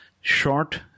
short